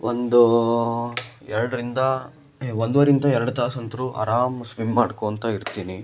ಒಂದು ಎರಡರಿಂದ ಒಂದುವರೆಯಿಂದ ಎರಡು ತಾಸಂತೂ ಆರಾಮ್ ಸ್ವಿಮ್ ಮಾಡ್ಕೊಳ್ತಾ ಇರ್ತೀನಿ